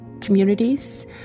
communities